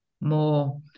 more